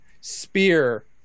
spear